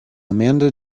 amanda